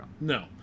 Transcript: No